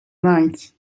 night